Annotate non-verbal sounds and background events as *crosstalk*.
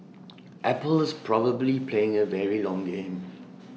*noise* apple is probably playing A very long game